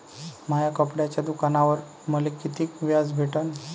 माया कपड्याच्या दुकानावर मले कितीक व्याज भेटन?